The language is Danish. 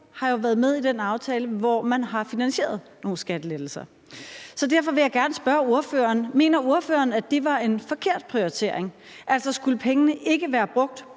har jo været med i den aftale, hvor man har finansieret nogle skattelettelser. Så derfor vil jeg gerne spørge ordføreren, om ordføreren mener, at det var en forkert prioritering. Altså, skulle pengene ikke være brugt